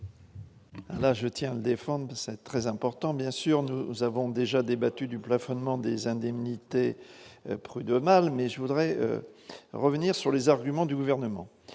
je tiens défendent, c'est très important, bien sûr, nous avons déjà débattu du plafonnement des indemnités prud'homales mais je voudrais revenir sur les arguments du gouvernement